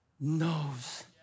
knows